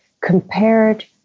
compared